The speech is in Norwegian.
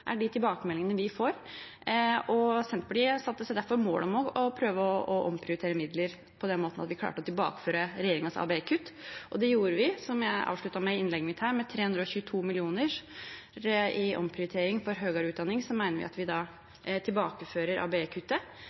er de tilbakemeldingene vi får. Senterpartiet satte seg derfor mål om å prøve å omprioritere midler på den måten at vi klarte å tilbakeføre regjeringens ABE-kutt, og det gjorde vi. Som jeg avsluttet med i innlegget mitt her: Med 322 mill. kr i omprioritering for høyere utdanning mener vi at vi da tilbakefører